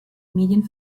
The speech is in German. medien